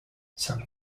some